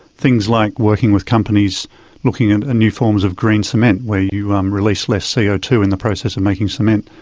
things like working with companies looking at new forms of green cement where you um release less c o two in the process of making cement.